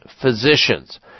Physicians